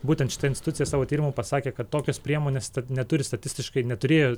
būtent šita institucija savo tyrimu pasakė kad tokios priemonės neturi statistiškai neturėjo